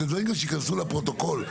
זה דברים שייכנסו לפרוטוקול.